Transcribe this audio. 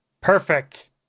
Perfect